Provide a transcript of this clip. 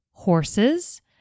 horses